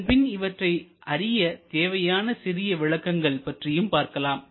இதன்பின் இவற்றை அறிய தேவையான சிறிய விளக்கங்கள் பற்றியும் பார்க்கலாம்